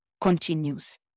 continues